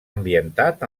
ambientat